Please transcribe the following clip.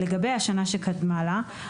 לגבי השנה שקדמה לה,